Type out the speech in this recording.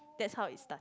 that's how it started